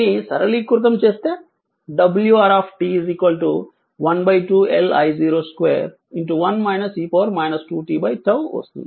దీనిని సరళీకృతం చేస్తే wR 12 L I0 2 1 e 2 t 𝝉 వస్తుంది